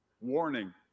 warning